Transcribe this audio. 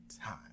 time